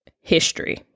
history